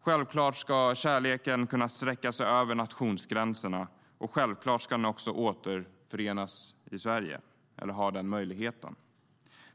Självklart ska kärleken kunna sträcka sig över nationsgränserna, och självklart ska människor också ha möjligheten att kunna återförenas i Sverige.